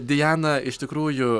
diana iš tikrųjų